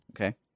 Okay